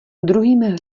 druhým